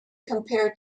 compare